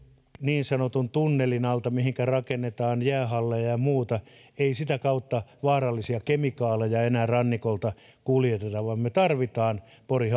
niin sanotun tunnelin alta mille rakennetaan jäähalleja ja ja muuta ei sitä kautta vaarallisia kemikaaleja enää rannikolta kuljeteta vaan me tarvitsemme pori